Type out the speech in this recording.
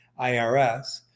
IRS